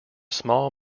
small